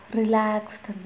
relaxed